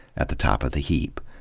at the top of the heap.